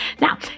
now